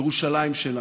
ירושלים שלנו.